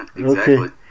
Okay